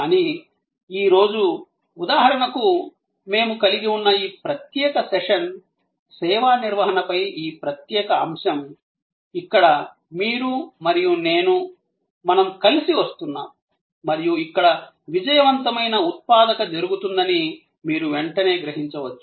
కానీ ఈ రోజు ఉదాహరణకు మేము కలిగి ఉన్న ఈ ప్రత్యేక సెషన్ సేవా నిర్వహణపై ఈ ప్రత్యేక అంశం ఇక్కడ మీరు మరియు నేను మనము కలిసి వస్తున్నాము మరియు ఇక్కడ విజయవంతమైన ఉత్పాదక జరుగుతుందని మీరు వెంటనే గ్రహించవచ్చు